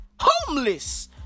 Homeless